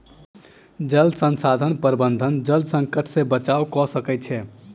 जल संसाधन प्रबंधन जल संकट से बचाव कअ सकै छै